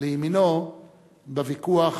לימינו בוויכוח